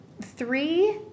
three